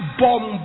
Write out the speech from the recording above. bomb